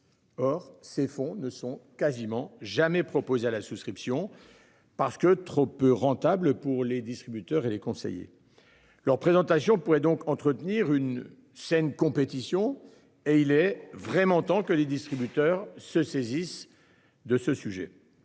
Or, ces fonds ne sont quasiment jamais proposé à la souscription. Parce que trop peu rentable pour les distributeurs et les conseillers. Leur présentation pourrait donc entretenir une saine compétition et il est vraiment temps que les distributeurs se saisissent de ce sujet.